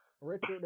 Richard